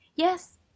Yes